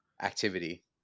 activity